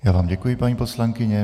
Já vám děkuji, paní poslankyně.